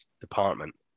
department